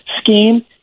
scheme